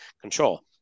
control